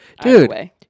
Dude